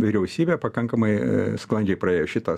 vyriausybė pakankamai sklandžiai praėjo šitą